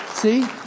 See